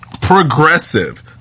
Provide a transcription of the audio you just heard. progressive